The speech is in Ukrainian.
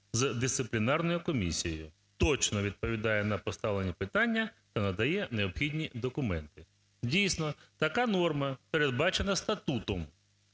Дійсно, така норма передбачена статутом.